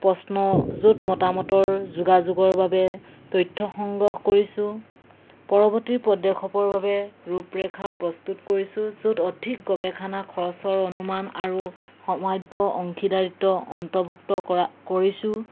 প্ৰশ্ন য'ত মতামতৰ যোগাযোগৰ বাবে তথ্য সংগ্ৰহ কৰিছোঁ পৰৱৰ্তী পদক্ষেপৰ বাবে ৰূপৰেখা প্ৰস্তুত কৰিছোঁ য'ত অধিক গৱেষণা খৰচৰ অনুমান আৰু সাম্ভাব্য অংশীদাৰিত্ব অন্তৰ্ভুক্ত কৰা কৰিছোঁ